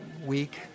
week